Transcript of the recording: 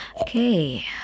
okay